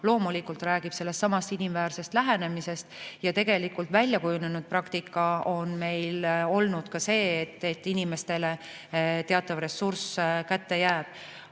loomulikult räägib sellestsamast inimväärsest lähenemisest ja tegelikult väljakujunenud praktika ongi meil olnud selline, et inimestele teatav ressurss kätte jääb.